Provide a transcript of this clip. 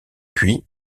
puis